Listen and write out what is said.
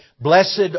Blessed